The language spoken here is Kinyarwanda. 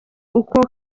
uko